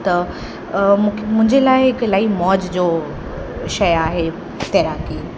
त मुख मुंहिंजे लाइ हिकु इलाही मौज जो शइ आहे तैराकी